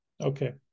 Okay